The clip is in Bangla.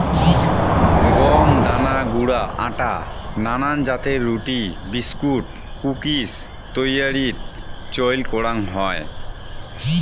গম দানা গুঁড়া আটা নানান জাতের রুটি, বিস্কুট, কুকিজ তৈয়ারীত চইল করাং হই